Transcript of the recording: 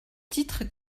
titre